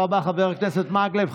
תודה רבה, חבר הכנסת מקלב.